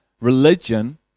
religion